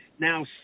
Now